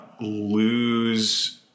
lose